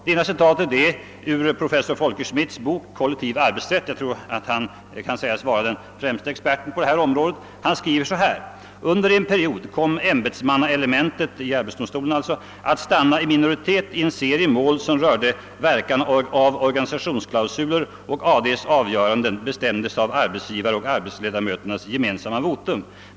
Det ena är ur professor Folke Schmidts arbete »Kollektiv = avtalsrätt»: »Under en period kom ämbetsmannaelementet att stanna i minoritet i en serie mål som rörde verkan av organisationsklausuler och AD:s avgöranden bestämdes av arbetsgivaroch arbetareledamöternas gemensamma votum.